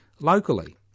locally